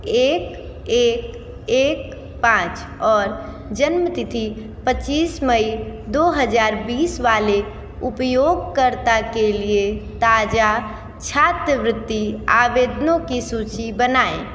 एक एक एक पाँच और जन्मतिथि पच्चीस मई दो हज़ार बीस वाले उपयोगकर्ता के लिए ताज़ा छात्रवृत्ति आवेदनों की सूची बनाऍं